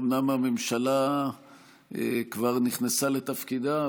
אומנם הממשלה כבר נכנסה לתפקידה,